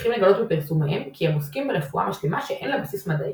צריכים לגלות בפרסומיהם כי הם עוסקים ברפואה משלימה שאין לה בסיס מדעי,